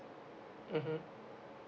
mmhmm